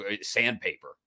sandpaper